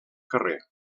carrer